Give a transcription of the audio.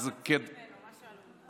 מה רצו ממנו?